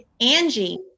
Angie